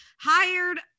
hired